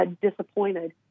disappointed